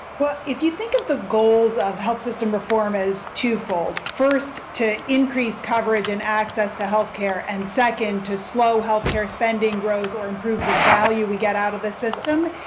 well, if you think of the goals of health system reform as twofold first, to increase coverage and access to health care, and second, to slow health care spending growth or improve the value we get out of the system,